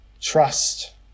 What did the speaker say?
trust